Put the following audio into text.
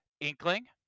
Inkling